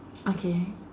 okay